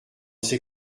ces